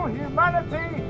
humanity